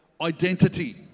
identity